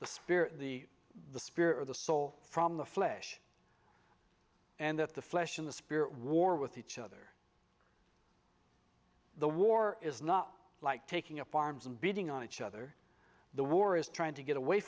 the spear the the spirit of the saw from the flesh and that the flesh and the spirit war with each other the war is not like taking up arms and beating on each other the war is trying to get away